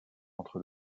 entre